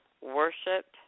Worship